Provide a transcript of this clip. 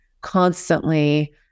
constantly